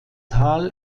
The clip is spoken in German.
tal